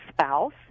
spouse